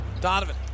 Donovan